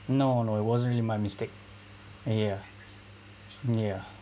no no it wasn't really my mistake ya ya